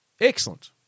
Excellent